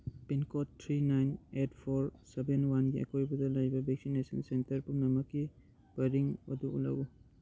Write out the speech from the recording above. pin code three nine eight four seven ꯋꯥꯟꯒꯤ ꯑꯀꯣꯏꯕꯗ ꯂꯩꯕ ꯚꯦꯛꯁꯤꯅꯦꯁꯟ ꯁꯦꯟꯇꯔ ꯄꯨꯝꯅꯃꯛꯀꯤ ꯄꯔꯤꯡ ꯑꯗꯨ ꯎꯠꯂꯛꯎ